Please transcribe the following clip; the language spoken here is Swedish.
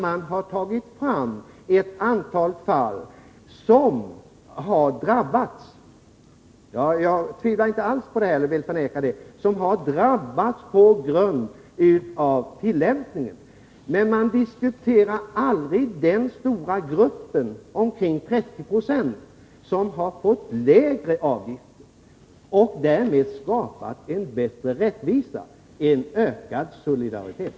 Man har tagit fram ett antal fall där människor drabbats på grund av tillämpningen. Jag vill inte alls förneka att det är så. Men man diskuterar aldrig den stora grupp — omkring 30 20 — som får lägre avgifter. Därmed har man skapat en bättre rättvisa, en ökad solidaritet.